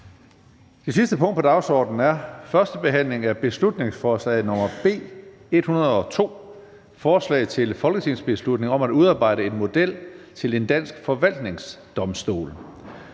Det sidste punkt på dagsordenen er: 3) 1. behandling af beslutningsforslag nr. B 102: Forslag til folketingsbeslutning om at udarbejde en model til en dansk forvaltningsdomstol.